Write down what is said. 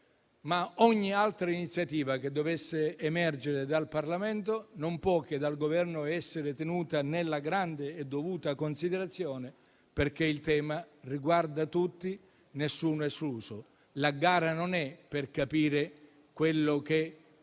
ma ogni altra iniziativa che dovesse emergere dal Parlamento non può che dal Governo essere tenuta nella grande e dovuta considerazione, perché il tema riguarda tutti, nessuno escluso. Non è una gara per capire ciò che